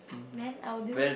then I would do it